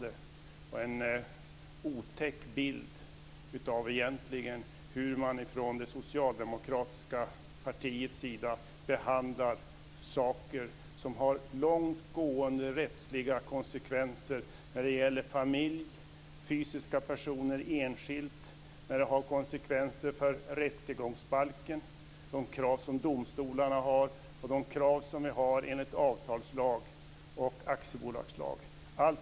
Det ger en otäck bild av hur man från det socialdemokratiska partiet behandlar frågor som har långt gående rättsliga konsekvenser för familjer, fysiska personer enskilt, rättegångsbalken, domstolarnas krav och krav enligt avtalslag och aktiebolagslag.